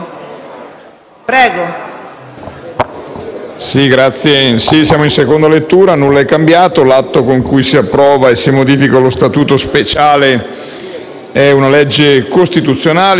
in fase di seconda lettura. Nulla è cambiato. L'atto con cui si approva e si modifica lo Statuto speciale è una legge costituzionale, e quindi una normativa